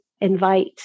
invite